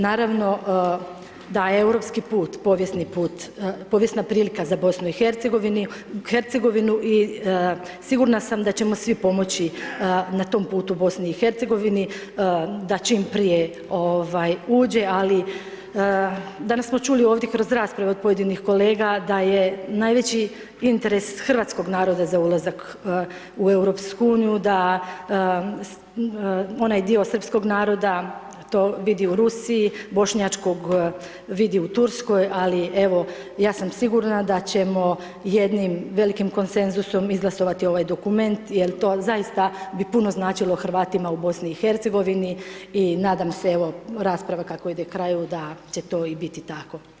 Naravno da europski put, povijesni put, povijesna prilika za BiH, sigurno da ćemo svi pomoći na tom putu BiH-u, da čim prije uđe ali danas smo čuli ovdje kroz raspravu od pojedinih kolega da je najveći interes hrvatskog naroda za ulazak u EU-u, da onaj dio srpskog naroda to vidi u Rusiji, Bošnjačkog vidi u Turskoj ali evo, ja sam sigurna da ćemo jednim velikim konsenzusom izglasovati ovaj dokument jer to zaista bi puno značilo Hrvatima u BiH-u i nadam se evo, rasprava kako ide kraju, da će to i biti tako.